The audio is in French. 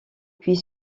puis